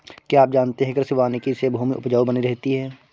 क्या आप जानते है कृषि वानिकी से भूमि उपजाऊ बनी रहती है?